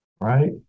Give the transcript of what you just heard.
right